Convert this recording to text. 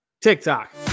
TikTok